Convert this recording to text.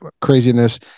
craziness